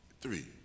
Three